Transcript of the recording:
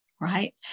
Right